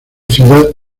ciudad